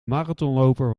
marathonloper